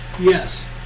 yes